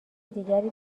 دیگری